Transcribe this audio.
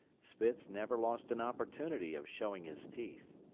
spitz never lost an opportunity of showing his teeth.